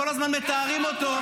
כל הזמן מתארים אותו,